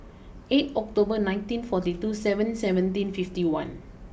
eight October nineteen forty two seven seventeen fifty one